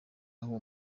aho